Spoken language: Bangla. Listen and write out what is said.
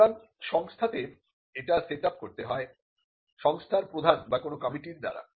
সুতরাং সংস্থা তে এটা সেট আপ করতে হয় সংস্থার প্রধান বা কোন কমিটির দ্বারা